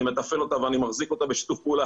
אני מתפעל אותה ואני מחזיק אותה בשיתוף פעולה